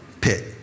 pit